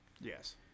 Yes